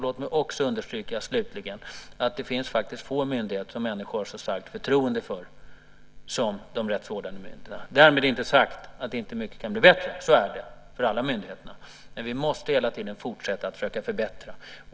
Låt mig slutligen understryka att det finns få myndigheter som människor har så starkt förtroende för som de rättsvårdande myndigheterna. Därmed inte sagt att inte mycket kan bli bättre. Det kan det för alla myndigheter. Men vi måste hela tiden fortsätta att försöka förbättra.